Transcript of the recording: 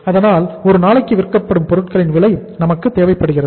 அதனால் ஒரு நாளுக்கு விற்கப்படும் பொருட்களின் விலை நமக்கு தேவைப்படுகிறது